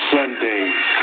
Sundays